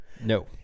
No